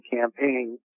campaign